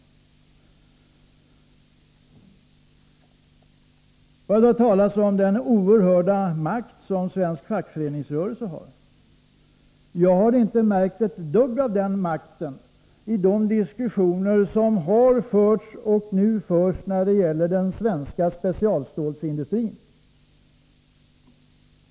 Jag har hört talas om den oerhörda makt som svensk fackföreningsrörelse har. Men jag har inte märkt ett dugg av den makten i de diskussioner som har förts och som nu förs när det gäller den svenska specialstålsindustrin.